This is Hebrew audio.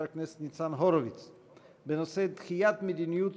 הכנסת ניצן הורוביץ בנושא: הפעלת מדיניות